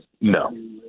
No